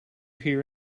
hear